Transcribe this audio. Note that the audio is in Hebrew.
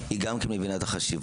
היא גם כן מבינה את החשיבות,